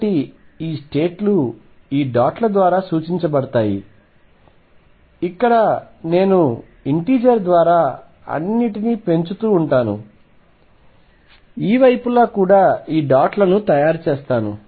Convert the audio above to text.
కాబట్టి ఈస్టేట్ లు ఈ డాట్ ల ద్వారా సూచించబడతాయి ఇక్కడ నేను ఒక ఇంటీజర్ ద్వారా అన్నింటినీ పెంచుతూ ఉంటాను ఈ వైపులా కూడా ఈ డాట్ లను తయారు చేస్తాను